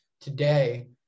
today